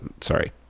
sorry